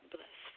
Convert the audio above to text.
Bless